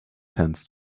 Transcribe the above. tends